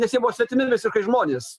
nes jie buvo svetimi visi kai žmonės